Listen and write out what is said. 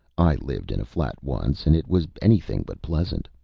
i lived in a flat once, and it was anything but pleasant.